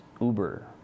Uber